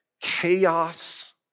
chaos